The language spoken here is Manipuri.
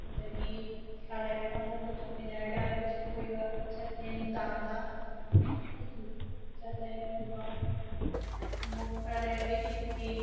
ꯑꯗꯨꯗꯒꯤ ꯈꯔ ꯂꯩꯔꯒ ꯑꯃꯨꯛ ꯀꯨꯇꯨꯕ ꯃꯤꯅꯔꯗ ꯑꯩꯈꯣꯏꯁꯤ ꯀꯣꯏꯕ ꯆꯠꯂꯦ ꯅꯨꯡꯗꯥꯡꯗ ꯑꯗꯨ ꯆꯠꯂꯦ ꯑꯗꯨꯒ ꯑꯃꯨꯛ ꯈꯔꯥ ꯂꯩꯔꯒ ꯏꯠꯀꯤ